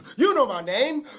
you know my name